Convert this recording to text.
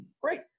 great